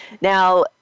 Now